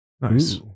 Nice